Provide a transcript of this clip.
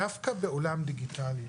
דווקא בעולם דיגיטלי.